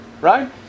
Right